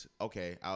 okay